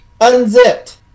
Unzipped